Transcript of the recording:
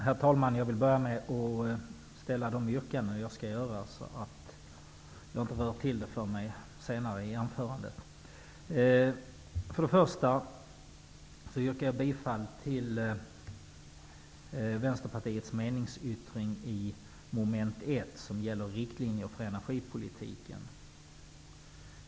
Herr talman! Jag vill börja med att framföra de yrkande jag har, så att jag inte rör till det för mig senare i anförandet. Först och främst yrkar jag bifall till Vänsterpartiets meningsyttring till mom. 1, som gäller riktlinjer för energipolitiken.